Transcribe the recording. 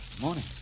Morning